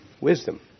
wisdom